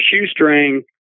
shoestring